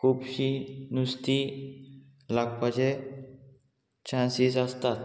खुबशीं नुस्तीं लागपाचे चान्सीस आसतात